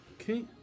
Okay